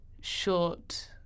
short